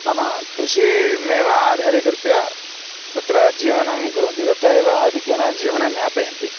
नाम कृषिः एव आधारीकृत्य तत्र जीवनं कुर्वन्ति तत्रैव आधिक्येन जीवनं यापयन्ति